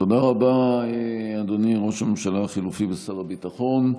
תודה רבה, אדוני ראש הממשלה החלופי ושר הביטחון.